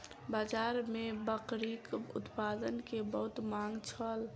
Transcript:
बाजार में बकरीक उत्पाद के बहुत मांग छल